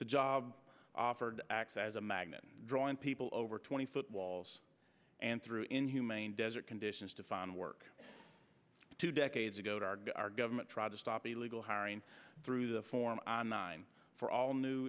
the job offered acts as a magnet drawing people over twenty foot walls and through inhumane desert conditions to find work two decades ago target our government try to stop illegal hiring through the form nine for all new